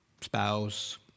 spouse